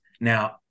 Now